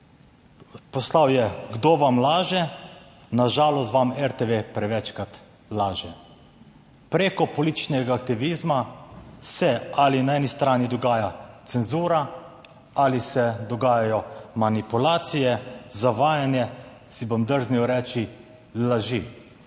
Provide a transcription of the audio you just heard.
poslal je, kdo vam laže, na žalost vam RTV prevečkrat laže. Preko političnega aktivizma se ali na eni strani dogaja cenzura ali se dogajajo manipulacije, zavajanje, si bom drznil reči, laži.